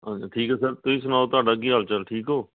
ਹਾਂਜੀ ਠੀਕ ਹੈ ਸਰ ਤੁਸੀਂ ਸੁਣਾਓ ਤੁਹਾਡਾ ਕੀ ਹਾਲ ਚਾਲ ਠੀਕ ਹੋ